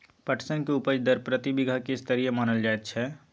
पटसन के उपज दर प्रति बीघा की स्तरीय मानल जायत छै?